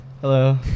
Hello